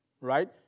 right